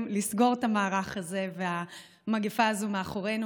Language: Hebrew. לסגור את המערך הזה והמגפה הזאת מאחורינו.